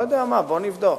לא יודע מה, בוא נבדוק.